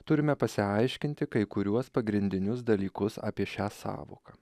turime pasiaiškinti kai kuriuos pagrindinius dalykus apie šią sąvoką